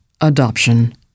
adoption